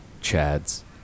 Chad's